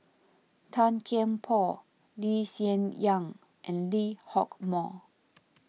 Tan Kian Por Lee Hsien Yang and Lee Hock Moh